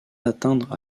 atteindre